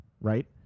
Right